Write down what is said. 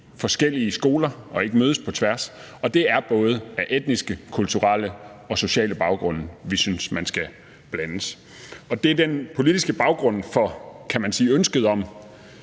forskellige skoler og ikke mødes på tværs. Og det er med både etniske, kulturelle og sociale baggrunde, vi synes, man skal blandes. Det er den politiske baggrund for ønsket om